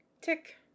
tick